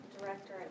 director